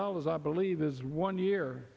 dollars i believe is one year